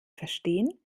verstehen